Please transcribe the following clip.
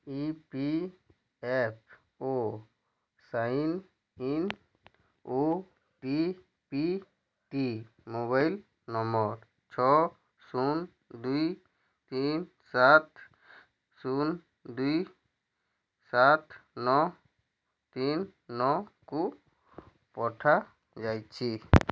ଇ P F O sign in ଓଟିପିଟି mobile number ଛଅ ଶୂନ ଦୁଇ ତିନି ସାତ ଶୂନ ଦୁଇ ସାତ ନଅ ତିନି ନଅକୁ ପଠାଯାଇଛି